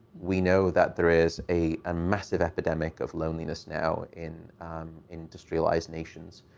we know that there is a and massive epidemic of loneliness now in industrialized nations.